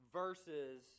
versus